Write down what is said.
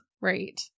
Right